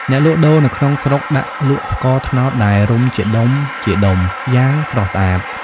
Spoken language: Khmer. អ្នកលក់ដូរនៅក្នុងស្រុកដាក់លក់ស្ករត្នោតដែលរុំជាដុំៗយ៉ាងស្រស់ស្អាត។